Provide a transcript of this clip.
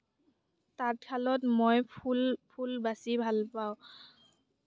তাঁতশালত মই ফুল ফুল বাচি ভাল পাওঁ